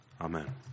Amen